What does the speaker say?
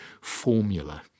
formula